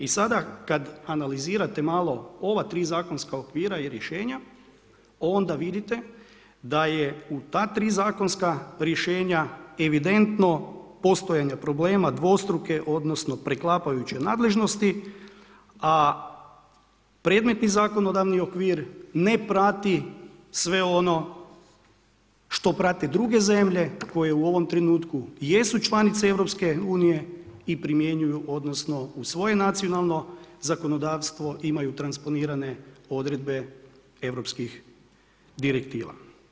I sada kada analizirate malo ova tri zakonska okvira i rješenja onda vidite da je u ta tri zakonska rješenja evidentno postojanje problema dvostruke odnosno preklapajuće nadležnosti, a predmetni zakonodavni okvir ne prati sve ono što prate druge zemlje koje u ovom trenutku jesu članice EU i primjenjuju odnosno u svoje nacionalno zakonodavstvo imaju transponirane odredbe europskih direktiva.